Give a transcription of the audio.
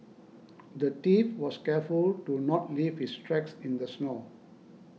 the thief was careful to not leave his tracks in the snow